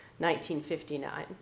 1959